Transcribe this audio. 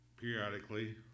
periodically